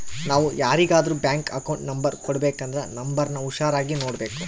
ನಾವು ಯಾರಿಗಾದ್ರೂ bank account number ಕೊಡಬೇಕಂದ್ರ ನೋಂಬರ್ನ ಹುಷಾರಾಗಿ ನೋಡ್ಬೇಕು